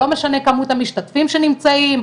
לא משתנה כמות המשתתפים שנמצאים,